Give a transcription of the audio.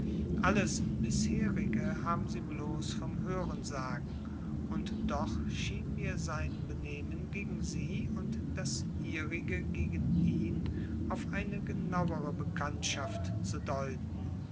alles bisherige haben sie bloß von hörensagen und doch schien mir sein benehmen gegen sie und das ihrige gegen ihn auf eine genauere bekanntschaft zu deuten